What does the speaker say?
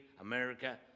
America